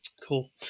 Cool